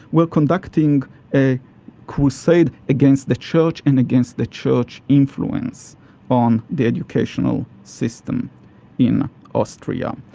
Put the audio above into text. were conducting a crusade against the church and against the church influence on the educational system in austria.